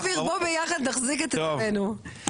אופיר, בוא ביחד נחזיק את עצמנו.